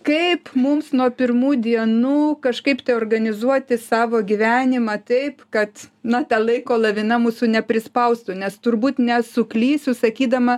kaip mums nuo pirmų dienų kažkaip tai organizuoti savo gyvenimą taip kad na ta laiko lavina mūsų neprispaustų nes turbūt nesuklysiu sakydama